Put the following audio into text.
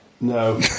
no